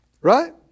Right